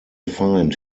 find